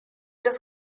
das